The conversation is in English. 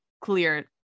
clear